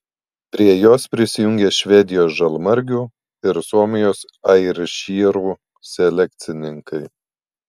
prie jos prisijungė švedijos žalmargių ir suomijos airšyrų selekcininkai